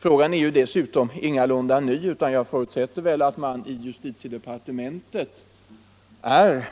Frågan är dessutom ingalunda ny, utan jag förutsätter väl att man i justitiedepartementet är